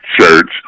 church